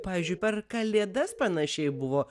pavyzdžiui per kalėdas panašiai buvo